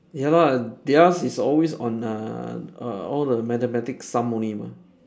ya lah theirs is always on uh err all the mathematics sum only mah